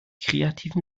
kreativen